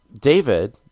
David